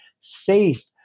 safe